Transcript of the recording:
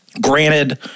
Granted